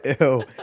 Ew